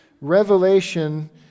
Revelation